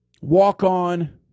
walk-on